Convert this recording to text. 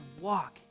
walk